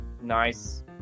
Nice